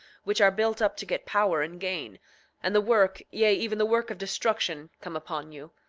which are built up to get power and gain and the work, yea, even the work of destruction come upon you,